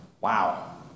Wow